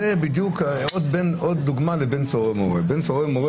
זאת בדיוק עוד דוגמה לבן סורר ומורה.